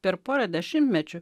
per porą dešimtmečių